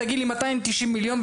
תגיעי ל-290 מיליון.